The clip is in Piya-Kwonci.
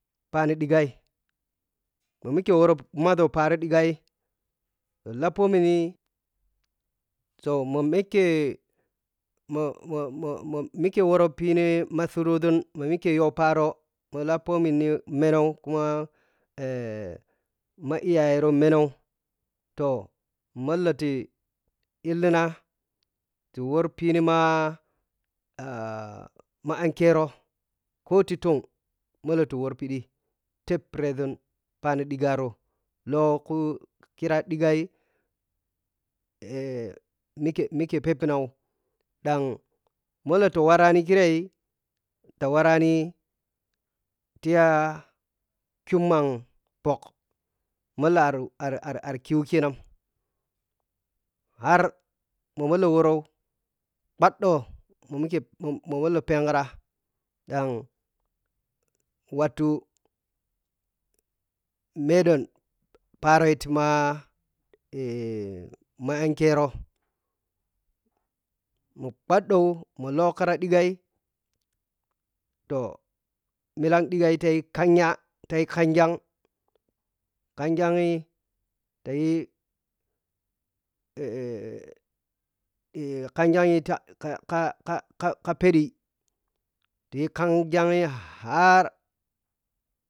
Pani ɗighai mi mike wiri mazai pari dighai lapominto mi mike mɔ-mɔ-mɔ mɔ mike wɔro pinimasurɔsun mɔ mike yoparo mɔ lopomini meno kuma ma iyayeri meno to malta ti illina ti wirpini ma ma ankero katitun mlloti wirpiɗi tep piresun pani ɗigha ri lakukira ɗighai mike mike pepinɔ ɗan matitawiraniki rei molotawirani tiya kummagha pɔk mɔk mɔlɔ arar ar kiwikinagh har mimiliwibo phaɗɗo mɔmɔ mɔmɔ lɔ penghara ɗan wattuh meddon paroi tima ma ankero ma phaɗo mɔlɔkra ɗighai to milan ɗighai tayi khanya tai khanggagi khanggag tayi khanggag ta ka-ka-ka ka peɗitayi khangyag har.